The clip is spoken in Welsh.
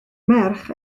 merch